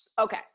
okay